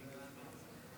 נתקבלה.